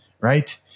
right